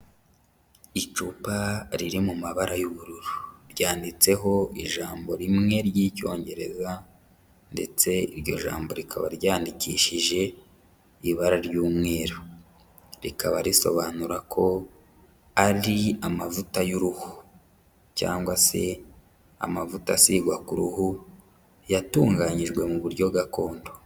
Icupa riri mu mabara y'ubururu. Ryanditseho ijambo rimwe ry'Icyongereza, ndetse iryo jambo rikaba ryandikishije ibara ry'umweru. Rikaba risobanura ko ari amavuta y'uruhu cyangwa se amavuta asigwa ku ruhu yatunganyijwe mu buryo gakondo.